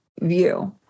view